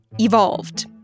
evolved